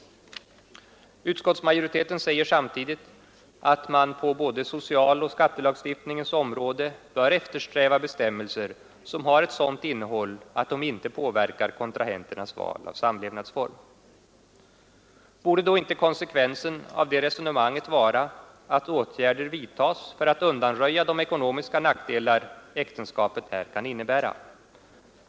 Utskottsmajoriteten säger samtidigt att man på både socialoch skattelagstiftningens område bör eftersträva bestämmelser som har sådant innehåll att de inte påverkar kontrahenternas val av samlevnadsform. Borde då inte konsekvensen av det resonemanget vara att åtgärder vidtas för att undanröja de ekonomiska nackdelar äktenskapet här kan innebära?